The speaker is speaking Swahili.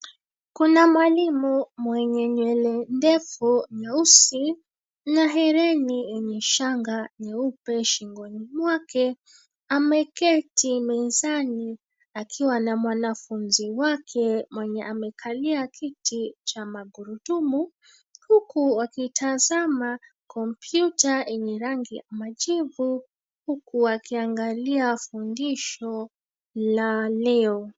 Kuna mwalimu mwenye nywele ndefu nyeusi na herini enye shangaa nyeupe shingoni mwake, ameketi mezani akiwa na mwanafunzi wake mwenye amekalia kiti cha magurudumu huku akitazama kompyuta yenye rangi ya majivu huku akiangalia fundisho la leo.